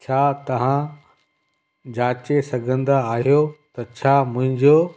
छा तव्हां जांचे सघंदा आहियो त छा मुंहिंजो